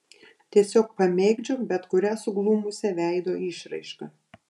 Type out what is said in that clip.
tiesiog pamėgdžiok bet kurią suglumusią veido išraišką